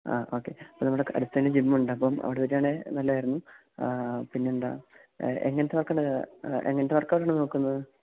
ആ ഓക്കെ അപ്പം നമ്മുടെ അടുത്ത് തന്നെ ജിമ്മൊണ്ടപ്പം അവിടെ വരാണേൽ നല്ലതായിരുന്നു പിന്നെന്താ എങ്ങനത്തെ വർക്കാണ് എങ്ങനത്തെ വർക്കൗട്ടാണ് നോക്കുന്നത്